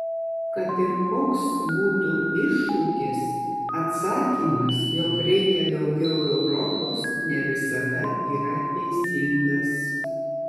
kad ir koks būtų iššūkis atsakymas jog reikia daugiau europos ne visada yra teisingas